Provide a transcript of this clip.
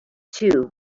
too